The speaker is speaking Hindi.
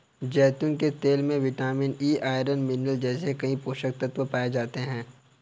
जैतून के तेल में विटामिन ई, आयरन, मिनरल जैसे कई पोषक तत्व पाए जाते हैं